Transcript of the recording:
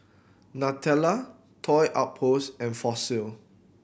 Nutella Toy Outpost and Fossil